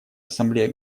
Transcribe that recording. ассамблея